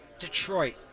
Detroit